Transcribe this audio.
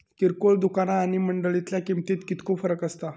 किरकोळ दुकाना आणि मंडळीतल्या किमतीत कितको फरक असता?